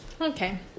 Okay